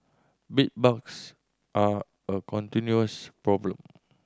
bedbugs are a continuous problem